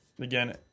again